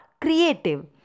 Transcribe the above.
creative